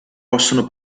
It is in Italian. possono